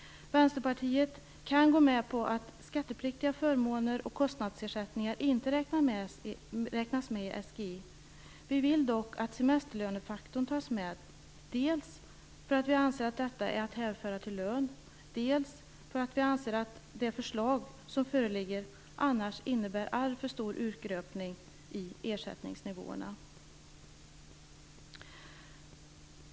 Vänsterpartiet kan gå med på att skattepliktiga förmåner och kostnadsersättningar inte räknas med i SGI. Vi vill dock att semesterlönefaktorn tas med, dels för att vi anser att denna är att hänföra till lön, dels för att vi anser att det föreliggande förslaget annars innebär en alltför stor urgröpning i ersättningsnivåerna.